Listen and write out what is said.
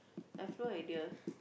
I've no idea